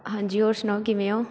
ਹਾਂਜੀ ਹੋਰ ਸੁਣਾਓ ਕਿਵੇਂ ਹੋ